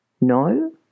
No